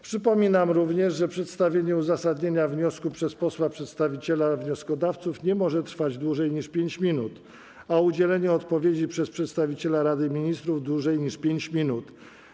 Przypominam również, że przedstawienie uzasadnienia wniosku przez posła przedstawiciela wnioskodawców nie może trwać dłużej niż 5 minut, a udzielenie odpowiedzi przez przedstawiciela Rady Ministrów - dłużej niż 5 minut.